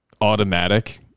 automatic